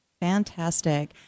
Fantastic